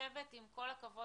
עם כול הכבוד